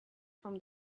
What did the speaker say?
from